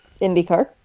IndyCar